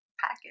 package